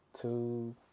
two